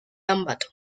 ambato